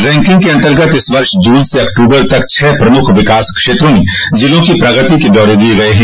ranking के अंतर्गत इस वर्ष जून से अक्टूबर तक छह प्रमुख विकास क्षेत्रों में जिलों की प्रगति के ब्यौरे दिए गए हैं